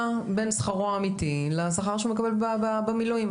בין שכרו האמיתי לשכר שהוא מקבל במילואים.